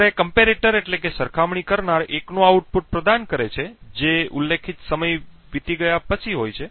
જ્યારે સરખામણી કરનાર 1 નું આઉટપુટ પ્રદાન કરે છે જે ઉલ્લેખિત સમય વીતી ગયા પછી હોય છે